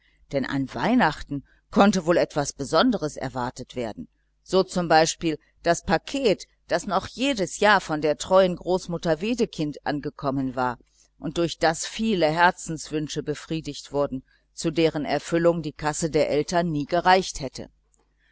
denn an weihnachten konnte wohl etwas besonderes erwartet werden so z b das paket das noch jedes jahr von der treuen großmutter wedekind angekommen war und durch das viele herzenswünsche befriedigt wurden zu deren erfüllung die kasse der eltern nie gereicht hätte